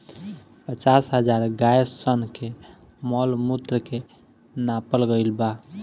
पचास हजार गाय सन के मॉल मूत्र के नापल गईल बा